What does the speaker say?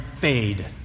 fade